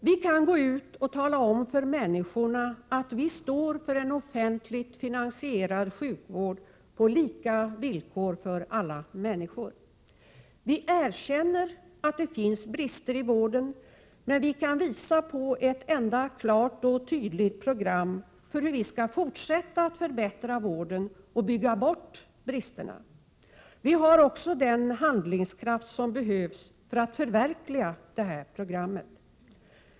Vi kan gå ut och tala om för människorna att vi står för en offentligt finansierad sjukvård på lika villkor för alla människor. Vi erkänner att det finns brister i vården, men vi kan visa på ett enda klart och tydligt program för hur vi skall fortsätta att förbättra vården och bygga bort bristerna. Vi har även den handlingskraft som behövs för att förverkliga detta program.